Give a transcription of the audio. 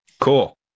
cool